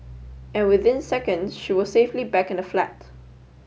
and within seconds she was safely back in the flat